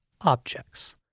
objects